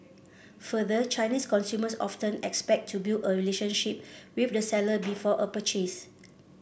further Chinese consumers often expect to build a relationship with the seller before a purchase